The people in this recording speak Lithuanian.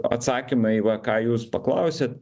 atsakymą į va ką jūs paklausėt